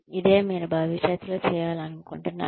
ఇదే మీరు భవిష్యత్తులో చేయాలనుకుంటున్నాను